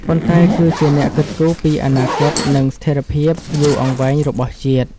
ប៉ុន្តែគឺជាអ្នកគិតគូរពីអនាគត និងស្ថិរភាពយូរអង្វែងរបស់ជាតិ។